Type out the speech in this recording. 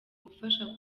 gufasha